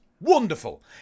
Wonderful